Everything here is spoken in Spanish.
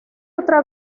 otra